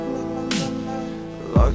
Locked